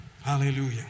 hallelujah